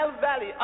Valley